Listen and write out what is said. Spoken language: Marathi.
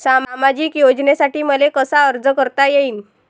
सामाजिक योजनेसाठी मले कसा अर्ज करता येईन?